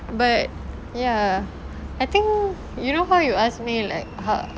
but ya I think you know how you ask me like ha~